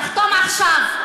תחתום עכשיו.